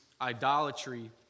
idolatry